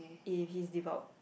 if he's